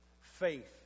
Faith